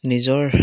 নিজৰ